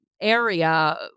area